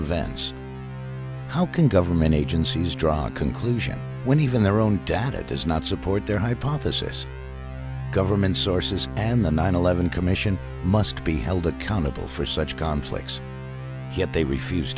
events how can government agencies draw a conclusion when even their own data does not support their hypothesis government sources and the nine eleven commission must be held accountable for such conflicts yet they refuse